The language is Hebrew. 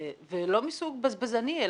ולא מסוג בזבזני.